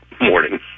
morning